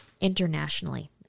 Internationally